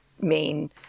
main